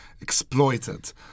exploited